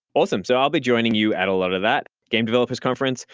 awesome. so i'll be joining you at a lot of that. game developers conference,